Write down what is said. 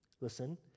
Listen